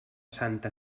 santa